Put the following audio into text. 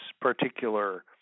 particular